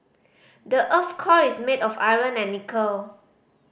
the earth's core is made of iron and nickel